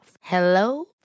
Hello